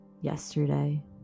yesterday